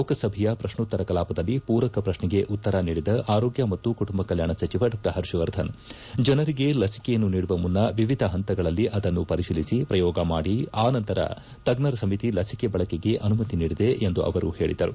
ಲೋಕಸಭೆಯ ಪ್ರಶ್ನೋತ್ತರ ಕಲಾಪದಲ್ಲಿ ಪೂರಕ ಪ್ರಶ್ನೆಗೆ ಉತ್ತರ ನೀಡಿದ ಆರೋಗ್ಯ ಮತ್ತು ಕುಟುಂಬ ಕಲ್ಲಾಣ ಸಚಿವ ಡಾ ಹರ್ಷವಧನ್ ಜನರಿಗೆ ಲಸಿಕೆಯನ್ನು ನೀಡುವ ಮುನ್ನ ವಿವಿಧ ಹಂತಗಳಲ್ಲಿ ಅದನ್ನು ಪರಿಶೀಲಿಸಿ ಪ್ರಯೋಗ ಮಾಡಿ ಅನಂತರ ತಜ್ಜರ ಸಮಿತಿ ಲಸಿಕೆ ಬಳಕೆಗೆ ಅನುಮತಿ ನೀಡಿದೆ ಎಂದು ಅವರು ಹೇಳಿದರು